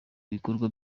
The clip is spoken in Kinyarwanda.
ibikorwa